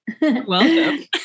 Welcome